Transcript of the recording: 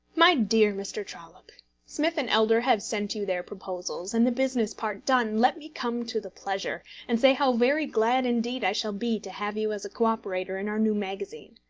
my dear mr. trollope smith and elder have sent you their proposals and the business part done, let me come to the pleasure, and say how very glad indeed i shall be to have you as a co-operator in our new magazine.